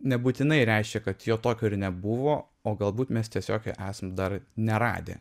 nebūtinai reiškia kad jo tokio ir nebuvo o galbūt mes tiesiog jo esam dar neradę